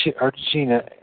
Argentina